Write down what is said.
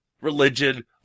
religion